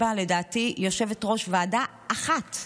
לדעתי יש בה יושבת-ראש ועדה אחת,